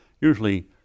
usually